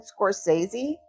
Scorsese